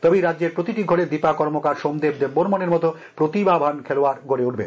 তবেই রাজ্যের প্রতিটি ঘরে দীপা কর্মকার সোমদেব দেববর্মনের মতো প্রতিভাবান খেলোয়ার গড়ে উঠবে